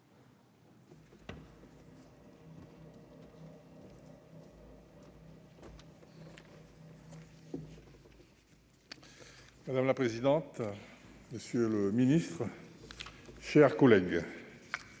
Madame la présidente, monsieur le ministre, mes chers collègues,